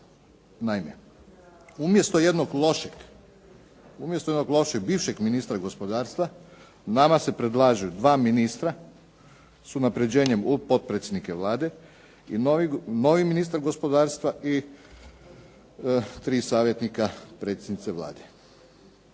babica, kilavo dijete". Naime, umjesto jednog lošeg bivšeg ministra gospodarstva, nama se predlaže dva ministra s unaprjeđenjem u potpredsjednike Vlade i novi ministar gospodarstva i tri savjetnika predsjednice Vlade.